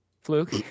Fluke